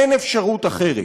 אין אפשרות אחרת.